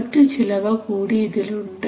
മറ്റു ചിലവ കൂടി ഇതിലുണ്ട്